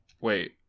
wait